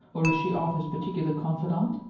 or is she arthur's particular confidante?